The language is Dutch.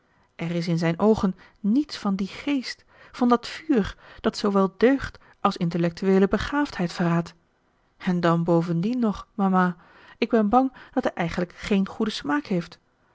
er is in zijn oogen niets van dien geest van dat vuur dat zoowel deugd als intellectueele begaafdheid verraadt en dan bovendien nog mama ik ben bang dat hij eigenlijk geen goeden smaak heeft